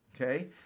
okay